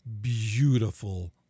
beautiful